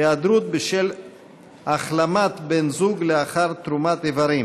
היעדרות בשל החלמת בן זוג לאחר תרומת איברים),